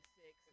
six